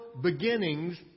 beginnings